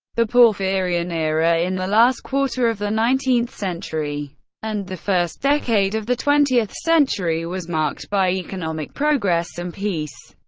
the porfirian era, in the last quarter of the nineteenth century and the first decade of the twentieth century, was marked by economic progress and peace.